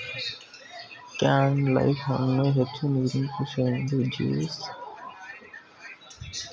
cantaloupe ಹಣ್ಣು ಹೆಚ್ಚು ನೀರಿನಂಶವಿದ್ದು juice, jam, ice cream, fruit ಸಲಾಡ್ಗಳಲ್ಲಿ ಬಳ್ಸತ್ತರೆ